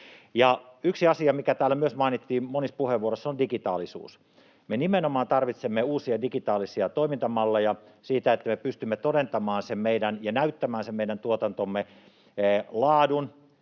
yksi asia, mikä täällä myös mainittiin monissa puheenvuorossa, on digitaalisuus. Me nimenomaan tarvitsemme uusia digitaalisia toimintamalleja siitä, että me pystymme todentamaan ja näyttämään sen meidän tuotantomme laadun